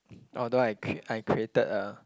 although I cr~ I created a